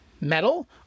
metal